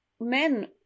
men